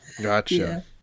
Gotcha